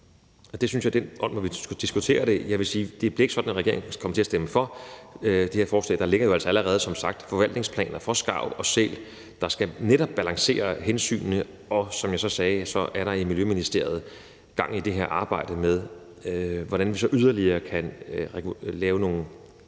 og positivt at spørge, hvad vi kan gøre ved det her. Det bliver ikke sådan, at regeringen kommer til at stemme for det her forslag. Der ligger jo som sagt allerede forvaltningsplaner for skarv og sæl, der netop skal balancere hensynene, og som jeg sagde, er der i Miljøministeriet gang i det her arbejde med, hvordan vi så yderligere kan afsøge